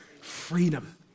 Freedom